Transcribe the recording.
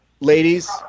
Ladies